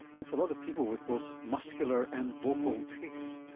that's a lot of people with both muscular and vocal tics.